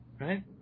Right